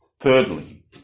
Thirdly